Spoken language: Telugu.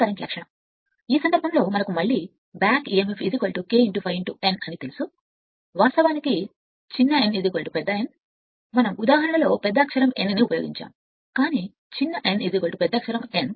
ఈ సందర్భంలో మనకు మళ్ళీ తెలుసు emf K ∅ n వాస్తవానికి n సమానం మనంపెద్ద అక్షరం N ను ఉపయోగించిన ఉదాహరణ ఉంది కానీ n చిన్న n పెద్ద అక్షరం N